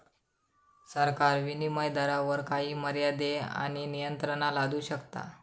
सरकार विनीमय दरावर काही मर्यादे आणि नियंत्रणा लादू शकता